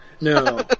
No